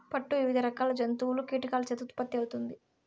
పట్టు వివిధ రకాల జంతువులు, కీటకాల చేత ఉత్పత్తి అవుతుంది